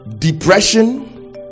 Depression